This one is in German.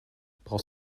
brauchst